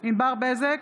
ענבר בזק,